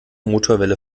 motorwelle